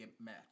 match